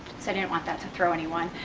so i didn't want that to throw anyone.